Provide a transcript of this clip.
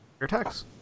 attacks